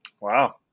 wow